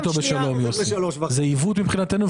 זה עיוות מבחינתנו,